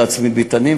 להצמיד מטענים,